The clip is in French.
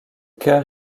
chœur